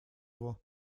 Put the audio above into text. его